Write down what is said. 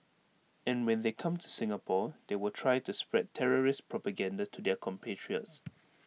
and when they come to Singapore they will try to spread terrorist propaganda to their compatriots